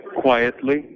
quietly